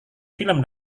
film